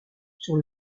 sur